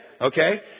Okay